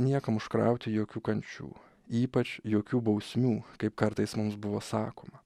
niekam užkrauti jokių kančių ypač jokių bausmių kaip kartais mums buvo sakoma